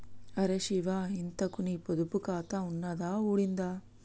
అరే శివా, ఇంతకూ నీ పొదుపు ఖాతా ఉన్నదా ఊడిందా